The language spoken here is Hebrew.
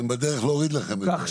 הם בדרך להוריד לכם את זה.